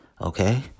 okay